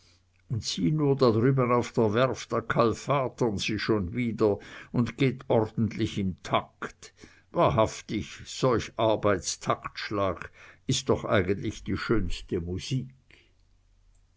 sieh nur da drüben auf der werft da kalfatern sie schon wieder und geht ordentlich im takt wahrhaftig solch arbeits taktschlag ist doch eigentlich die schönste musik